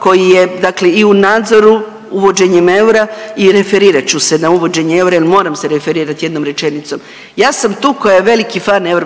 koji je dakle i u nadzoru uvođenjem eura i referirat ću se na uvođenje eura jer moram se referirati jednom rečenicom. Ja sam tu koja je veliki fan EU,